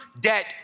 debt